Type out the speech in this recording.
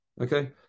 Okay